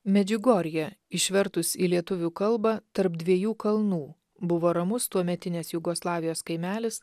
medžiugorjė išvertus į lietuvių kalbą tarp dviejų kalnų buvo ramus tuometinės jugoslavijos kaimelis